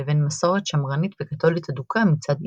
לבין מסורת שמרנית וקתוליות אדוקה מצד אמה.